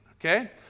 okay